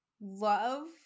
love